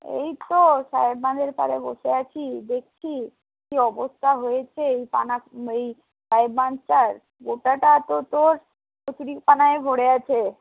এই তো সাহেব বাঁধের পারে বসে আছি দেখছি কি অবস্থা হয়েছে এই পানা এই সাহেব বাঁধটার গোটাটা তো তোর কচুরিপানায় ভরে আছে